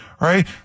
right